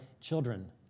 children